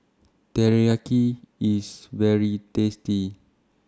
Teriyaki IS very tasty